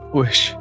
wish